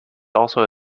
also